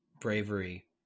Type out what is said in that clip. bravery